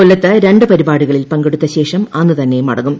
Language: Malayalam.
കൊല്ലത്ത് രണ്ട് പരിപാടികളിൽ പങ്കെടുത്ത ശേഷം അന്നുതന്നെ മടങ്ങും